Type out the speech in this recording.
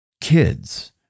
kids